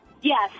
Yes